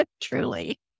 truly